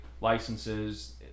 licenses